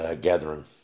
gathering